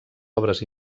obres